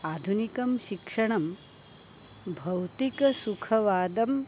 आधुनिकं शिक्षणं भौतिकसुखवादं